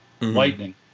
Lightning